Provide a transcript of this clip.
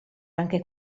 anche